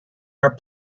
are